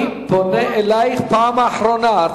אני פונה אלייך בפעם האחרונה.